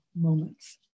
moments